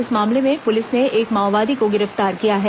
इस मामले में पुलिस ने एक माओवादी को गिरफ्तार किया है